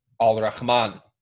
Al-Rahman